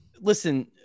Listen